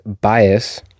bias